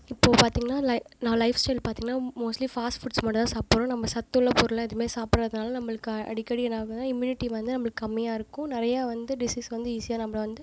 இப்போது பார்த்திங்கன்னா லை நா லைஃப் ஸ்டைல் பார்த்திங்கன்னா மோஸ்ட்லி ஃபாஸ்ட் ஃபுட்ஸ் மட்டும் தான் சாப்பிட்றோம் நம்ம சத்துள்ள பொருளாக எதுவுமே சாப்பிடாததுனால நம்மளுக்கு அடிக்கடி என்ன ஆகுதுன்னா இம்யூனிட்டி வந்து நம்மளுக்கு கம்மியாக இருக்கும் நிறைய வந்து டிசீஸ் வந்து ஈசியாக நம்மள வந்து